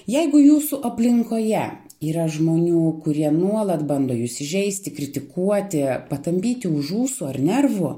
jeigu jūsų aplinkoje yra žmonių kurie nuolat bando jus įžeisti kritikuoti patampyti už ūsų ar nervų